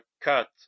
cut